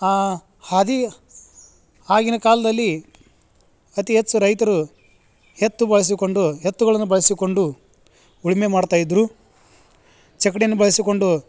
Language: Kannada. ಆ ಹಾದಿ ಆಗಿನ ಕಾಲದಲ್ಲಿ ಅತಿ ಹೆಚ್ಚು ರೈತರು ಎತ್ತು ಬಳಸಿಕೊಂಡು ಎತ್ತುಗಳನ್ನು ಬಳಸಿಕೊಂಡು ಉಳುಮೆ ಮಾಡ್ತಾ ಇದ್ರು ಚಕ್ಡಿಯನ್ನು ಬಳಸಿಕೊಂಡು